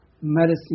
medicine